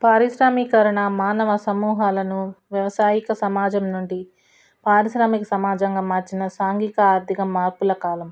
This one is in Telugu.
పారిశ్రామికరణ మానవ సమూహాలను వ్యవసాయక సమాజం నుండి పారిశ్రామిక సమాజంగా మార్చిన సాంఘిక ఆర్థిక మార్పుల కాలం